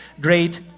great